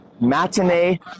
matinee